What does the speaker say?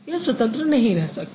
यह स्वतंत्र नहीं रह सकता